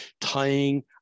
tying